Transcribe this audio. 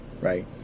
right